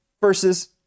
versus